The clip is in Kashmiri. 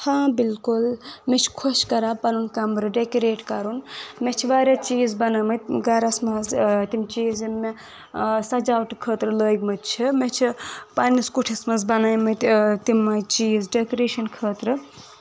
ہاں بِالکُل مےٚ چُھ خۄش کران پنُن کَمرٕ ڈیٚکوریٹ کَرُن مےٚ چھِ واریاہ چیٖز بَنٲیمٕتۍ گرَس منٛز تِم چیٖز ٖیِم مےٚ سجاوٹہٕ خٲطرٕ لٲگمٕتۍ چھِ مےٚ چھِ پَنٕنِس کُٹھِس منٛز بَنٲیمٕتۍ تِمے چیٖز ڈیٚکوریشن خٲطرٕ